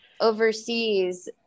overseas